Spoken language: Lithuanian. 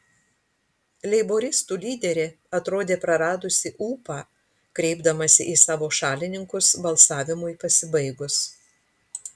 leiboristų lyderė atrodė praradusį ūpą kreipdamasi į savo šalininkus balsavimui pasibaigus